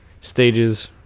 stages